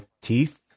teeth